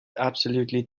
absolutely